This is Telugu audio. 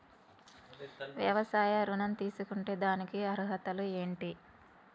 వ్యవసాయ ఋణం తీసుకుంటే దానికి అర్హతలు ఏంటి?